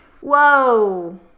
Whoa